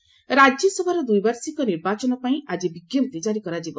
RS election ରାଜ୍ୟସଭାର ଦ୍ୱିବାର୍ଷିକ ନିର୍ବାଚନ ପାଇଁ ଆଜି ବିଜ୍ଞପ୍ତି ଜାରି କରାଯିବ